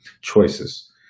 choices